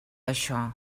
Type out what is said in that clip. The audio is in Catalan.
això